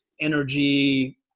energy